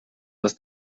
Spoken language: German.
dass